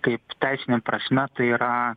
kaip teisine prasme tai yra